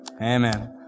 Amen